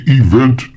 event